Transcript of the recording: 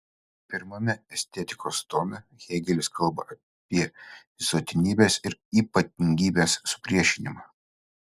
pirmame estetikos tome hėgelis kalba apie visuotinybės ir ypatingybės supriešinimą